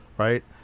Right